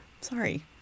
sorry